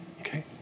okay